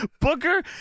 Booker